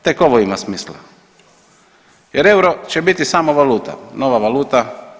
Tek ovo ima smisla jer euro će biti samo valuta, nova valuta.